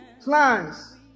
Plans